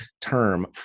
term